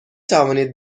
توانید